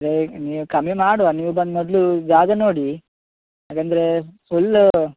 ರೆ ನೀವು ಕಮ್ಮಿ ಮಾಡುವ ನೀವು ಬಂದು ಮೊದಲು ಜಾಗ ನೋಡಿ ಯಾಕಂದ್ರೆ ಫುಲ್ಲು